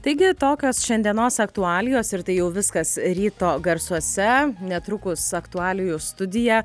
taigi tokios šiandienos aktualijos ir tai jau viskas ryto garsuose netrukus aktualijų studija